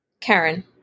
Karen